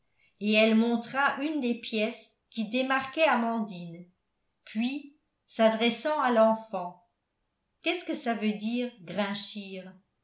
et elle montra une des pièces que démarquait amandine puis s'adressant à l'enfant qu'est-ce que ça veut dire